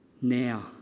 Now